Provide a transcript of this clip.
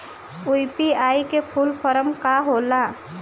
UPI का full form का होला?